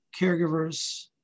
caregivers